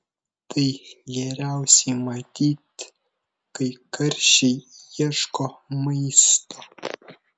tai geriausiai matyti kai karšiai ieško maisto